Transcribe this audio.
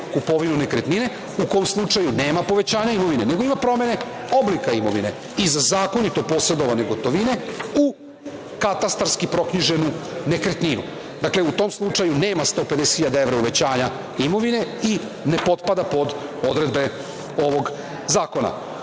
kupovinu nekretnine, u kom slučaju nema povećanja imovine, nego ima promene oblika imovine i za zakonito posredovanje gotovine u katastarski proknjiženu nekretninu. Dakle, u tom slučaju nema 150 hiljada evra uvećanja imovine i ne potpada pod odredbe ovog zakona. Pored